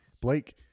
Blake